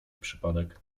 przypadek